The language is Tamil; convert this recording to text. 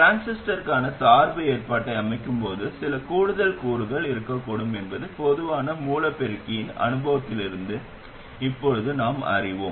டிரான்சிஸ்டருக்கான சார்பு ஏற்பாட்டை அமைக்கும் போது சில கூடுதல் கூறுகள் இருக்கக்கூடும் என்பதை பொதுவான மூல பெருக்கியின் அனுபவத்திலிருந்து இப்போது நாம் அறிவோம்